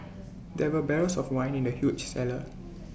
there were barrels of wine in the huge cellar